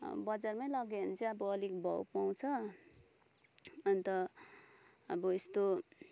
अब बजारमै लग्यो भने चाहिँ अब अलिक भाउ पाउँछ अन्त अब यस्तो